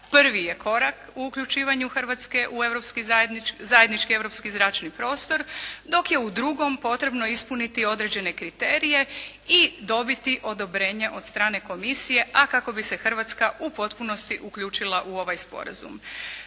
prvi je korak u uključivanju Hrvatske u europski, zajednički europski zračni prostor dok je u drugom potrebno ispuniti određene kriterije i dobiti odobrenje od strane komisije a kako bi se Hrvatska u potpunosti uključila u ovaj sporazum.